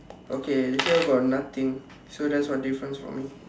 okay here got nothing so that's one different for me